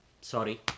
Sorry